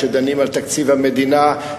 כשדנים על תקציב המדינה,